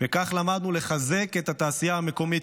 וכך למדנו לחזק את התעשייה המקומית,